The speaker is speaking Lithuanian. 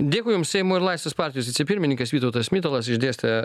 dėkui jums seimo ir laisvės partijos vicepirmininkas vytautas mitalas išdėstė